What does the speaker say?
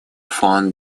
фон